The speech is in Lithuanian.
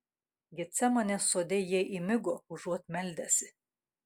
getsemanės sode jie įmigo užuot meldęsi